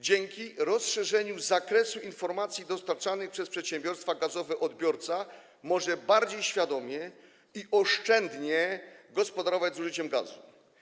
Dzięki rozszerzeniu zakresu informacji dostarczanej przez przedsiębiorstwa gazowe odbiorca może bardziej świadomie i oszczędnie gospodarować zużyciem gazu.